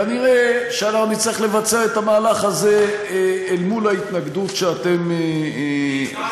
כנראה שנצטרך לבצע את המהלך הזה אל מול ההתנגדות שאתם תקימו,